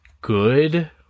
good